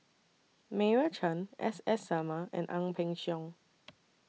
Meira Chand S S Sarma and Ang Peng Siong